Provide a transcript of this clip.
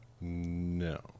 No